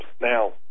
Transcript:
Now